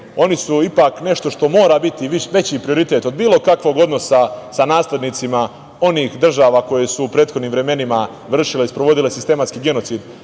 oni su ipak nešto što mora biti veći prioritet od bilo kakvog odnosa sa naslednicima onih država koje su u prethodnim vremenima vršile i sprovodile sistematski genocid